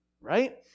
right